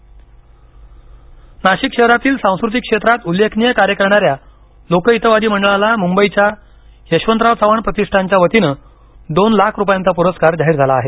पुरस्कार नाशिक शहरातील सांस्कृतिक क्षेत्रात उल्लेखनीय कार्य करणाऱ्या लोकहितवादी मंडळाला मुंबईच्या यशवंतराव चव्हाण प्रतिष्ठानच्या वतीनं दोन लाख रूपयांचा प्रस्कार जाहीर झाला आहे